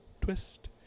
twist